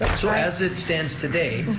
as it stands today,